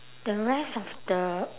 the rest of the